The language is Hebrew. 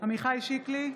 עמיחי שיקלי,